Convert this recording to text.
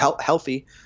healthy